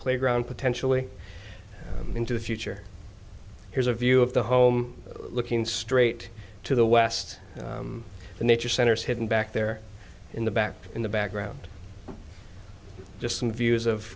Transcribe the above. playground potentially into the future here's a view of the home looking straight to the west the nature center is hidden back there in the back in the background just some views of